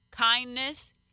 kindness